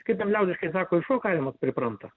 kaip ten liaudiškai sako ir šuo kariamas pripranta